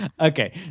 Okay